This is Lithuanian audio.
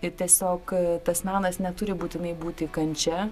ir tiesiog tas menas neturi būtinai būti kančia